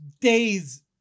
days